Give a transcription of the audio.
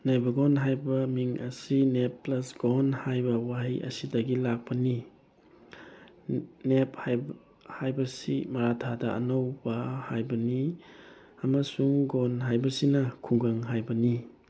ꯅꯦꯕꯒꯣꯟ ꯍꯥꯏꯕ ꯃꯤꯡ ꯑꯁꯤ ꯅꯦꯞ ꯄ꯭ꯂꯁ ꯒꯣꯟ ꯍꯥꯏꯕ ꯋꯥꯍꯩ ꯑꯁꯤꯗꯒꯤ ꯂꯥꯛꯄꯅꯤ ꯅꯦꯞ ꯍꯥꯏꯕꯁꯤ ꯃꯥꯔꯥꯊꯥꯗ ꯑꯅꯧꯕ ꯍꯥꯏꯕꯅꯤ ꯑꯃꯁꯨꯡ ꯒꯣꯟ ꯍꯥꯏꯕꯁꯤꯅ ꯈꯨꯡꯒꯪ ꯍꯥꯏꯕꯅꯤ